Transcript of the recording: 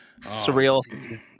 Surreal